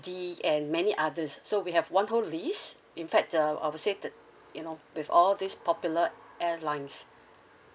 D and many others so we have one whole list in fact the associated you know with all this popular airlines